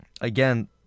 Again